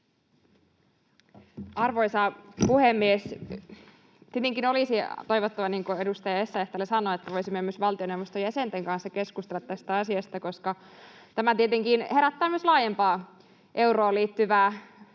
Arvoisa puhemies! Tietenkin olisi toivottavaa, niin kuin edustaja Essayah täällä sanoi, että voisimme myös valtioneuvoston jäsenten kanssa keskustella tästä asiasta, koska tämä tietenkin herättää myös laajempaa euroon liittyvää